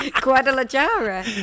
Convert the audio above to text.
Guadalajara